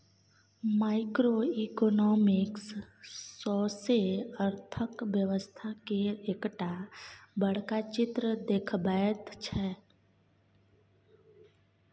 micro economics सौसें अर्थक व्यवस्था केर एकटा बड़का चित्र देखबैत छै